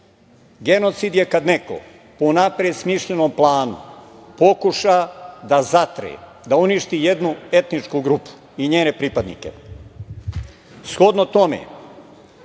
genocid je kad neko po unapred smišljenom planu pokuša da zatre, da uništi jednu etničku grupu i njene pripadnike. Shodno